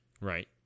right